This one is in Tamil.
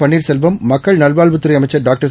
பன்னீாசெல்வம் மக்கள் நல்வாழ்வுத்துறை அமைச்சா் டாக்டா்